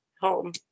home